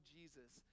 Jesus